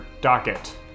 docket